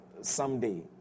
someday